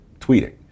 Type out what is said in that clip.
tweeting